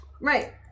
Right